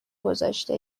گذاشته